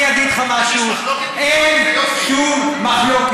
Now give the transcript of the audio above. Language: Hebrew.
אם יש מחלוקת, אני אגיד לך משהו: אין שום מחלוקת.